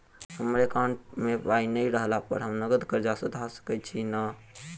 हमरा एकाउंट मे पाई नै रहला पर हम नगद कर्जा सधा सकैत छी नै?